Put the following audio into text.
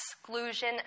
exclusion